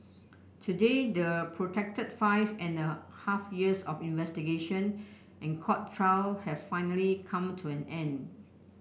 today the protracted five and a half years of investigation and court trial have finally come to an end